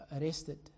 arrested